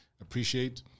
appreciate